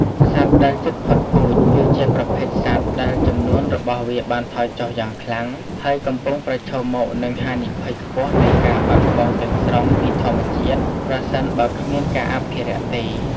សត្វដែលជិតផុតពូជ គឺជាប្រភេទសត្វដែលចំនួនរបស់វាបានថយចុះយ៉ាងខ្លាំង ហើយកំពុងប្រឈមមុខនឹងហានិភ័យខ្ពស់នៃការបាត់បង់ទាំងស្រុងពីធម្មជាតិ ប្រសិនបើគ្មានការអភិរក្សទេ។